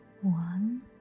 One